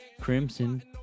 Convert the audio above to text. Crimson